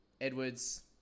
Edwards